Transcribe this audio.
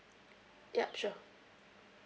yup sure